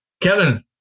Kevin